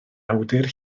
awdur